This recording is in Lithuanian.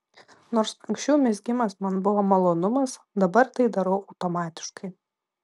nors anksčiau mezgimas man buvo malonumas dabar tai darau automatiškai